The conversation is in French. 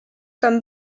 comme